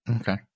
Okay